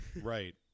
Right